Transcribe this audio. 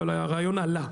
אבל הרעיון עלה,